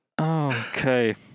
Okay